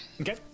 Okay